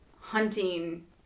hunting